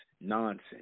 nonsense